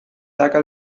saca